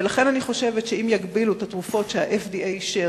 ולכן אני חושבת שאם יגבילו את התרופות שה-FDA אישר